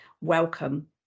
welcome